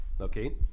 Okay